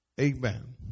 amen